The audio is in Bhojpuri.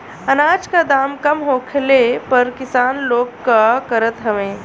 अनाज क दाम कम होखले पर किसान लोग का करत हवे?